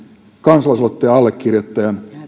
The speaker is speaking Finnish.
kansalaisaloitteen allekirjoittajan